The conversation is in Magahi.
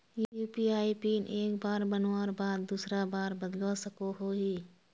यु.पी.आई पिन एक बार बनवार बाद दूसरा बार बदलवा सकोहो ही?